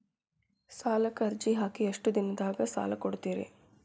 ಸಾಲಕ ಅರ್ಜಿ ಹಾಕಿ ಎಷ್ಟು ದಿನದಾಗ ಸಾಲ ಕೊಡ್ತೇರಿ?